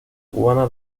cubana